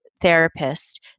therapist